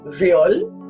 real